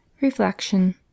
Reflection